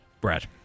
Brad